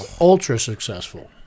Ultra-successful